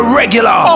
regular